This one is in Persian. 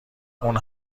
اون